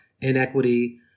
inequity